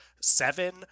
seven